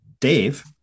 Dave